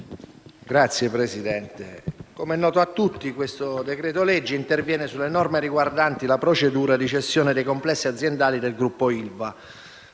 Signor Presidente, come noto a tutti, il decreto-legge interviene sulle norme riguardanti la procedura di cessione dei complessi aziendali del gruppo ILVA,